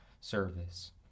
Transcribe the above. service